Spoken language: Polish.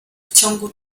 ciągu